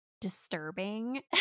disturbing